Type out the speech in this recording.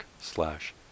slash